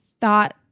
thought